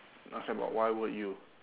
okay but why would you